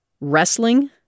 wrestling